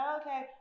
okay